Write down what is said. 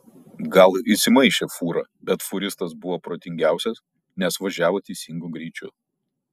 gal ir įsimaišė fūra bet fūristas buvo protingiausias nes važiavo teisingu greičiu